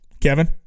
Kevin